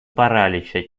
паралича